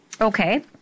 Okay